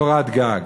קורת גג.